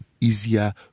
easier